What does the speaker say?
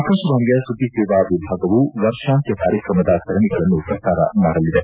ಆಕಾಶವಾಣಿಯ ಸುದ್ದಿ ಸೇವಾ ವಿಭಾಗವು ವರ್ಷಾಂತ್ಯ ಕಾರ್ಯಕ್ರಮದ ಸರಣಿಗಳನ್ನು ಪ್ರಸಾರ ಮಾಡಲಿದೆ